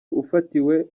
ufatiwe